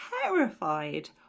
terrified